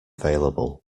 available